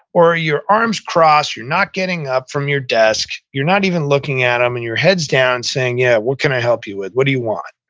or are your arms crossed, you're not getting up from your desk, you're not even looking at them, um and your head's down, saying, yeah, what can i help you with? what do you want?